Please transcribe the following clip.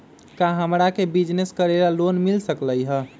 का हमरा के बिजनेस करेला लोन मिल सकलई ह?